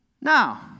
Now